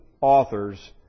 authors